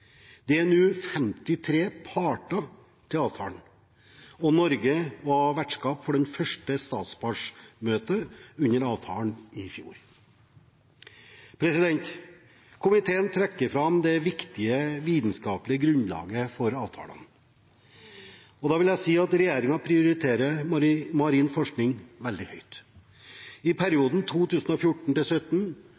Det er nå 53 parter i avtalen, og Norge var vertskap for det første statspartsmøtet under avtalen i fjor. Komiteen trekker fram det viktige vitenskapelige grunnlaget for avtaler. Da vil jeg si at regjeringen prioriterer marin forskning veldig høyt. I